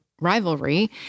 rivalry